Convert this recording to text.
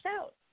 out